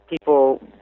people